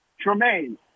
Tremaine